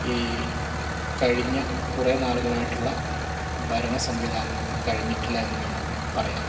ഈ കഴിഞ്ഞ കുറെ നാളുകളായിട്ടുള്ള ഭരണ സംവിധാനങ്ങൾക്ക് കഴിഞ്ഞിട്ടില്ല എന്ന് വേണം പറയാൻ